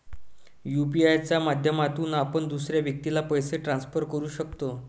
UPI च्या माध्यमातून आपण दुसऱ्या व्यक्तीला पैसे ट्रान्सफर करू शकतो